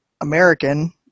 American